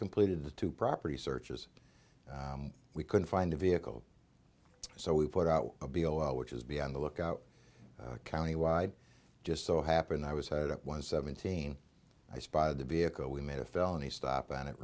completed the two property searches we couldn't find a vehicle so we put out a b o l which is be on the lookout countywide just so happened i was headed up one seventeen i spotted the vehicle we made a felony stop on it